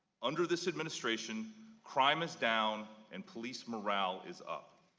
under this administration crime is down and police morale is up.